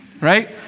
right